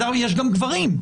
יש גם גברים,